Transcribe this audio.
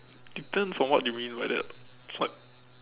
depends on what do you mean by that what